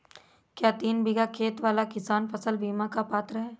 क्या तीन बीघा खेत वाला किसान फसल बीमा का पात्र हैं?